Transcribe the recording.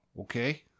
okay